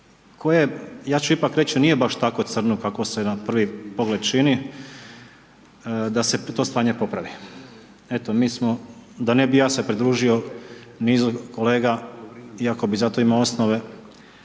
koje, ja ću ipak reći, nije baš tako crno kako se na prvi pogled čini, da se to stanje popravi. Eto, mi smo, da ne bi ja se pridružio nizu kolega iako bi za to imao osnove